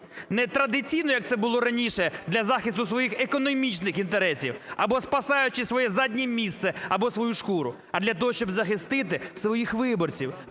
не традиційно, як це було раніше, для захисту своїх економічних інтересів або спасаючи своє заднє місце або свою шкуру, а для того, щоб захистити своїх виборців